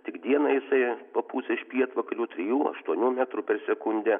tik dieną jisai papūs iš pietvakarių trijų aštuonių metrų per sekundę